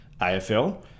AFL